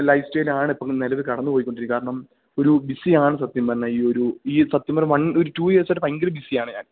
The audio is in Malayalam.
ലൈഫ് സ്റ്റൈലാണ് ഇപ്പൊ നെലവിൽ കടന്നുപോയിക്കൊണ്ടിരി കാരണം ഒരു ബിസിയാണ് സത്യം പറഞ്ഞാ ഈ ഒരു ഈ സത്യം പറഞ്ഞാ വൺ ഒരു റ്റു ഇയേഴ്സായിട്ട് ഭയങ്കര ബിസിയാണ് ഞാൻ